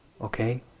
okay